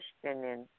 Questioning